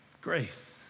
Grace